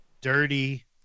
dirty